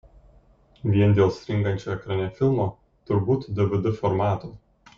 vien dėl stringančio ekrane filmo turbūt dvd formato